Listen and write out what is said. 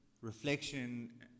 reflection